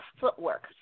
footwork